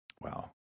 Wow